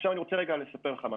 עכשיו אני רוצה לספר לך משהו.